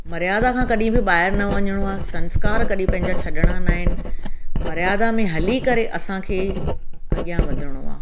मर्यादा खां कॾहिं बि ॿाहिरि न वञिणो आहे संस्कार कॾहिं पंहिंजा छॾिणा नाहिनि मर्यादा में हली करे असांखे अॻियां वधिणो आहे